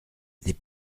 les